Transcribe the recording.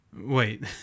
Wait